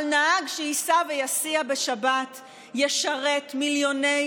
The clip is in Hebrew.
אבל נהג שייסע ויסיע בשבת ישרת מיליוני